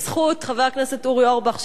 בזכות חבר הכנסת אורי אורבך,